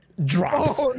Drops